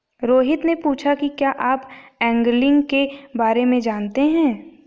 रोहित ने पूछा कि क्या आप एंगलिंग के बारे में जानते हैं?